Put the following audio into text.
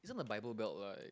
isn't the Bible Belt like